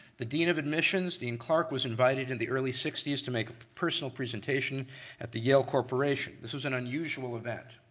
the dean of admissions, dean clark, was invited in the early sixty s to make a personal presentation at the yale corporation. this was an unusual event.